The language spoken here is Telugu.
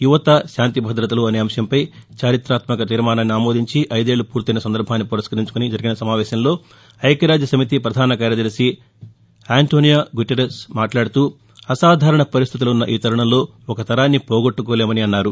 యువత శాంతిభదతలు అనే అంశంపై చరితాత్నక తీర్శానాన్ని ఆమోదించి అయిదేళ్లు పూర్తయిన సందర్బాన్ని పురస్కరించుకొని జరిగిన సమావేశంలో ఐక్యరాజ్య సమితి ప్రధాన కార్యదర్శి ఆంటోనియో గ్యుటెరస్ నిన్న మాట్లాడుతూఅసాధారణ పరిస్దితులున్న ఈ తరుణంలో ఒక తరాన్ని పోగొట్టకోలేమని అన్నారు